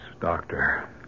doctor